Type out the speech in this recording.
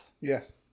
Yes